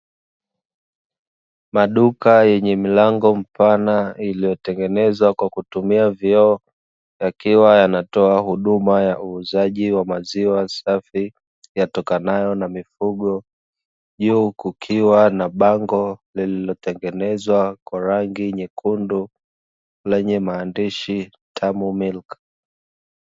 Maduka yenye mlango mpana yaliyo tengenezwa kwakutumia vioo, yakiwa yanatoa huduma ya huuzaji wa maziwa safi, yatokanayo na mifugo juu kukiwa na bango lililotengenezwa kwa rangi nyekundu lenye maandishi "tamu milk".